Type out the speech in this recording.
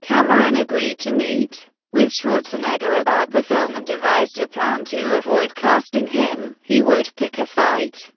cameron agreed to meet with schwarzenegger about the film and devised a plan to avoid casting him he would pick a fight